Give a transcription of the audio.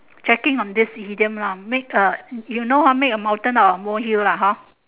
checking on this idiom lah make a you know ah make a mountain out of a molehill lah hor